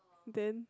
then